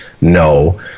no